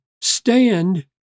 stand